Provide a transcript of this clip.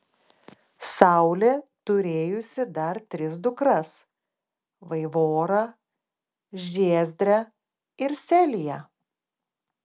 saulė turėjusi dar tris dukras vaivorą žiezdrę ir seliją